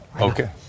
Okay